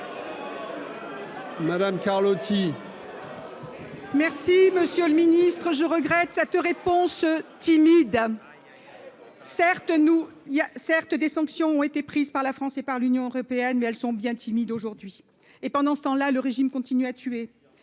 Madame Carlotti. Merci, Monsieur le Ministre, je regrette, cette réponse timide, certes nous il y a certes des sanctions ont été prises par la France et par l'Union européenne, mais elles sont bien timides aujourd'hui et pendant ce temps là le régime continuent à tuer